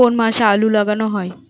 কোন মাসে আলু লাগানো হয়?